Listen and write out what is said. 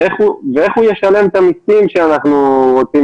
איך הוא ישלם את המסים שאנחנו רוצים